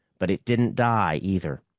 but it didn't die, either.